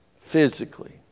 physically